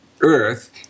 Earth